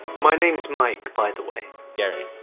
my name's mike by the way. gary.